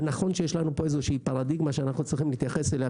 ונכון שיש לנו פה איזו שהיא פרדיגמה שאנחנו צריכים להתייחס אליה.